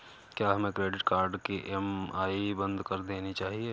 क्या हमें credit card की ई.एम.आई बंद कर देनी चाहिए?